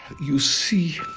you see,